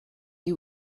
you